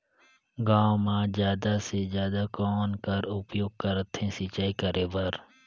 गांव म जादा से जादा कौन कर उपयोग करथे सिंचाई करे बर?